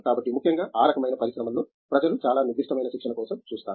కాబట్టి ముఖ్యంగా ఆ రకమైన పరిశ్రమల్లో ప్రజలు చాలా నిర్దిష్టమైన శిక్షణ కోసం చూస్తారు